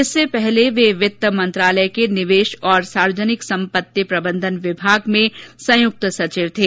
इससे पहले वे वित्त मंत्रालय के निवेश और सार्वजनिक संपत्ति प्रबंधन विभाग में संयुक्त सचिव थे